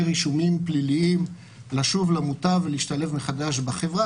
רישומים פליליים לשוב למוטב ולהשתלב מחדש בחברה,